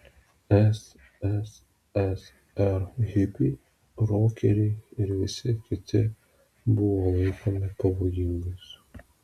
sssr hipiai rokeriai ir visi kiti buvo laikomi pavojingais